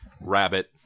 rabbit